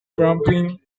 prompting